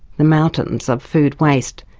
the mountains of food waste.